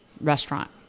restaurant